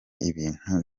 ibintu